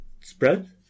spread